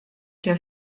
der